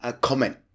comment